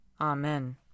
Amen